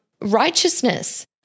righteousness